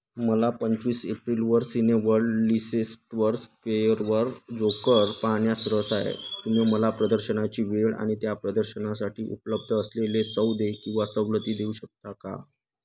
मला पंचवीस एप्रिलवर सिनेवर्ड लिसेस्टवर स्क्वेअरवर जोकर पाहण्यात रस आहे तुम्ही मला प्रदर्शनाची वेळ आणि त्या प्रदर्शनासाठी उपलब्ध असलेले सौदे किंवा सवलती देऊ शकता का